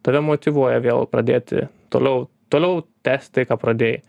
tave motyvuoja vėl pradėti toliau toliau tęsti ką pradėjai